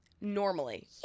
normally